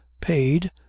paid